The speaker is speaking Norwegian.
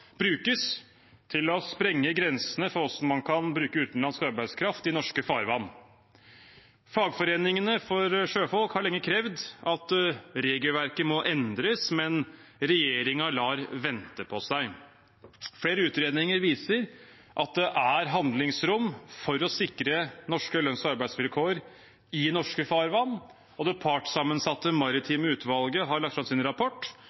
brukes til å sprenge grensene for hvordan man kan bruke utenlandsk arbeidskraft i norske farvann. Fagforeningene for sjøfolk har lenge krevd at regelverket må endres, men regjeringen lar vente på seg. Flere utredninger viser at det er handlingsrom for å sikre norske lønns- og arbeidsvilkår i norske farvann, og det partssammensatte maritime utvalget har lagt fram sin rapport